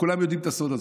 כולם יודעים את הסוד הזה.